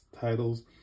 titles